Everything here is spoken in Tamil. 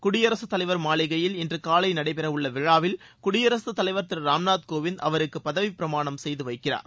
குடியரசுத் தலைவர் மாளிகையில் இன்று காலை நடைபெறவுள்ள விழாவில் குடியரசுத் தலைவர் திரு ராம்நாத் கோவிந்த் அவருக்கு பதவி பிரமாணம் செய்து வைக்கிறார்